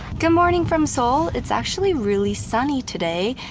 good morning from seoul it's actually really sunny today,